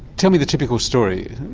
tell me the typical story,